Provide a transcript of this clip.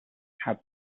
how